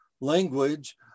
language